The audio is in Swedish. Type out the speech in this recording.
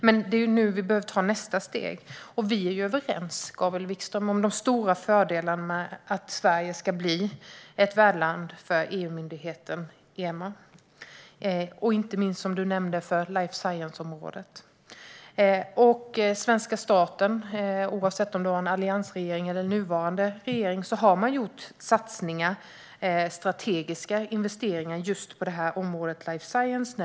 Men nu behöver vi ta nästa steg. Gabriel Wikström och jag är överens om de stora fördelarna för Sverige om vi skulle bli värdland för EU-myndigheten EMA, inte minst för life science-området som nämndes. Svenska staten, oavsett om det var under alliansregeringen eller nuvarande regering, har gjort satsningar och strategiska investeringar inom just life science.